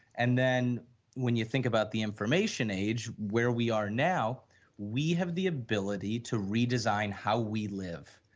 and then when you think about the information age where we are now we have the ability to redesign how we live.